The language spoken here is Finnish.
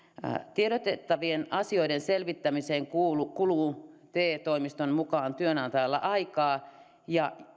tiedotettavien asioiden selvittämiseen kuluu te toimiston mukaan työnantajalla aikaa ja